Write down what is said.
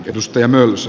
edustajamme ulos